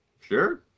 Sure